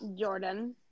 Jordan